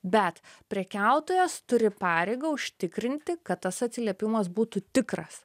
bet prekiautojas turi pareigą užtikrinti kad tas atsiliepimas būtų tikras